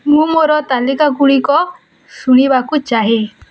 ମୁଁ ମୋର ତାଲିକାଗୁଡ଼ିକ ଶୁଣିବାକୁ ଚାହେଁ